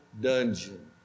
dungeon